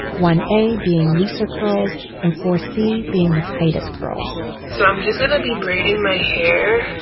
one a being looser curls and four c being the tightest curls so i'm just going to be braiding my hair,